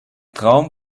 traum